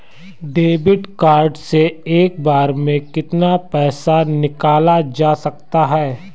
Debit card से एक बार में कितना पैसा निकाला जा सकता है?